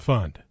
Fund